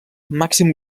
màxim